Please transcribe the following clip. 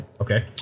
Okay